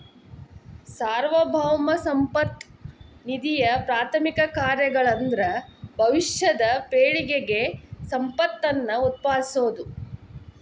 ಸಾರ್ವಭೌಮ ಸಂಪತ್ತ ನಿಧಿಯಪ್ರಾಥಮಿಕ ಕಾರ್ಯಗಳಂದ್ರ ಭವಿಷ್ಯದ ಪೇಳಿಗೆಗೆ ಸಂಪತ್ತನ್ನ ಉತ್ಪಾದಿಸೋದ